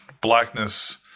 blackness